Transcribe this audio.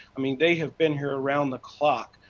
i mean they have been here around the clock,